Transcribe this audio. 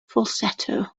falsetto